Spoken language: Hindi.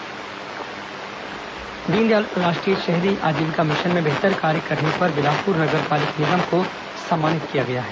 नगर निगम सम्मान दीनदयाल राष्ट्रीय शहरी आजीविका मिशन में बेहतर कार्य करने पर बिलासपुर नगर पालिक निगम को सम्मानित किया गया है